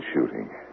shooting